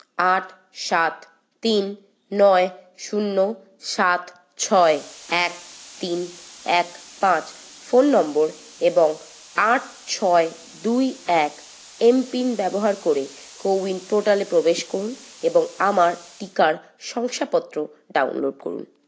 আট সাত তিন নয় শুন্য সাত ছয় এক তিন এক পাঁচ ফোন নম্বর এবং আট ছয় দুই এক এমপিন ব্যবহার করে কো উইন পোর্টালে প্রবেশ করুন এবং আমার টিকার শংসাপত্র ডাউনলোড করুন